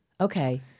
Okay